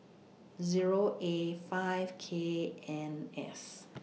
Zero A five K N S